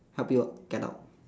help you get out